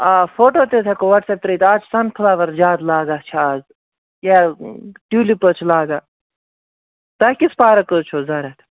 آ فوٹو تہِ حظ ہٮ۪کو وَٹسیپ ترٲوِتھ اَز چھِ سَنفٕلاوَر زیادٕ لاگان چھِ اَز یا ٹیوٗلِپ حظ چھِ لاگان تۄہہِ کِژھ پارَک حظ چھو ضوٚرَتھ